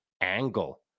angle